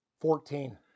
Fourteen